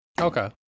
Okay